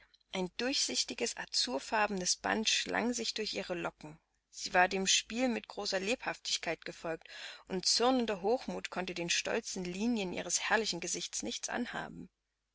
ein durchsichtiges azurfarbenes band schlang sich durch ihre locken sie war dem spiel mit großer lebhaftigkeit gefolgt und zürnender hochmut konnte den stolzen linien ihres herrlichen gesichts nichts anhaben